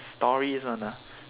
stories one ah